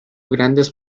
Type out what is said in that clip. grandes